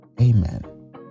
Amen